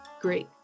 Great